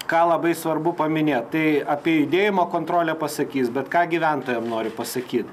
ką labai svarbu paminėt tai apie judėjimo kontrolę pasakys bet ką gyventojam noriu pasakyt